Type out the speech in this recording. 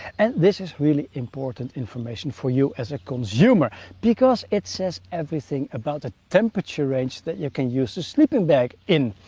and this is really important information for you as a consumer. because it says everything about the temperature range that you can use the sleeping bag in.